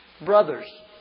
brothers